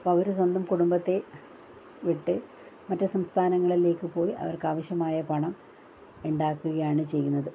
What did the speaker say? അപ്പോൾ അവര് സ്വന്തം കുടുംബത്തെ വിട്ട് മറ്റു സംസ്ഥാനങ്ങളിലേക്ക് പോയി അവർക്ക് ആവശ്യമായ പണം ഉണ്ടാക്കുകയാണ് ചെയ്യുന്നത്